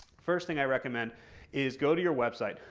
first thing i recommend is go to your website.